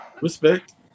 Respect